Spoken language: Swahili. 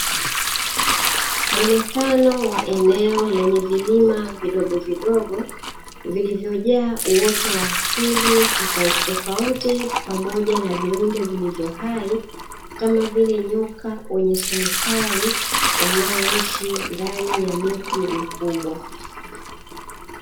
Muonekano wa eneo lenye vilima vidogovidogo, vilivyojaa uwoto wa asili tofautitofauti pamoja na viumbe vilivyo hai, kama vile nyoka wenye sumu kali, wanaoishi ndani ya miti mikubwa.